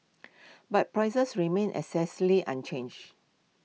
but prices remained unchanged